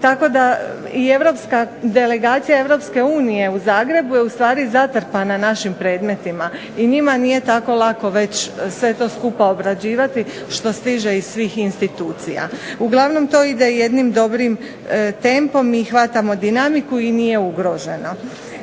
tako da i delegacija EU u Zagrebu je ustvari zatrpana našim predmetima. I njima nije tako lako već sve to skupa obrađivati što stiže iz svih institucija. Uglavnom to ide jednim dobrim tempom i hvatamo dinamiku i nije ugroženo.